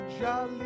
jolly